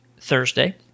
Thursday